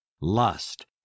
lust